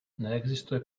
neexistuje